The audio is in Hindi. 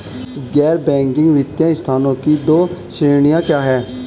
गैर बैंकिंग वित्तीय संस्थानों की दो श्रेणियाँ क्या हैं?